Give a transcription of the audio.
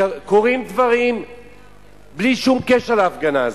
קורים דברים בלי שום קשר להפגנה הזאת.